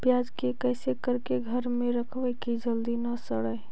प्याज के कैसे करके घर में रखबै कि जल्दी न सड़ै?